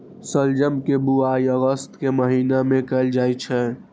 शलजम के बुआइ अगस्त के महीना मे कैल जाइ छै